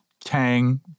Tang